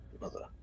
mother